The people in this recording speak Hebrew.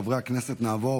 חברי הכנסת, נעבור